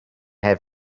have